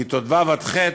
כיתות ו' עד ח'